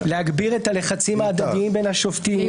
זה יכול להגביר את הלחצים ההדדיים בין השופטים.